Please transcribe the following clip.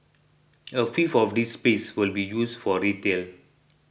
a fifth of this space will be used for retail